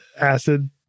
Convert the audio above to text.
acid